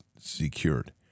secured